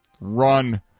Run